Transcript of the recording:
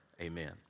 amen